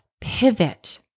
pivot